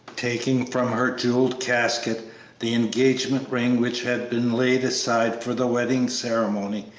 taking from her jewel casket the engagement ring which had been laid aside for the wedding ceremony,